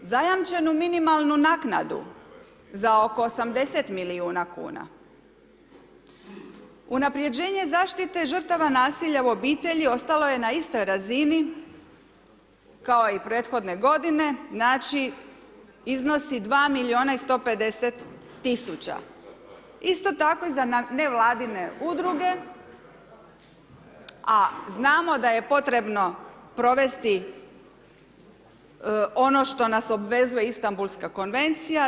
Zajamčenu minimalnu naknadu za oko 80 milijuna kuna, unaprjeđenje zaštite žrtava nasilja u obitelji ostalo je na istoj razini kao i prethodne godine, znači, iznosi 2 milijuna i 150.000,00 kn, isto tako i za nevladine udruge, a znamo da je potrebno provesti ono što nas obvezuje Istambulska Konvencija.